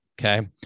Okay